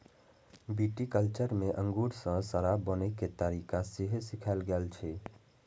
viticulture मे अंगूर सं शराब बनाबै के तरीका सेहो सिखाएल जाइ छै